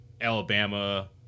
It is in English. Alabama